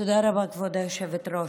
תודה רבה, כבוד היושבת-ראש.